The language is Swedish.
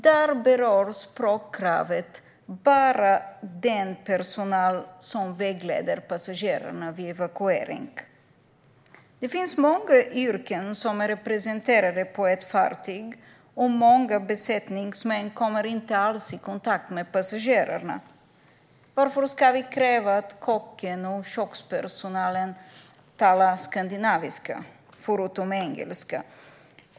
Där berör språkkravet bara den personal som vägleder passagerarna vid evakuering. Det finns många yrken som är representerade på ett fartyg, och många besättningsmän kommer inte alls i kontakt med passagerarna. Varför ska vi kräva att kocken och övrig kökspersonal talar skandinaviska utöver engelska?